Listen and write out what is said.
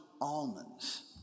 almonds